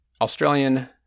Australian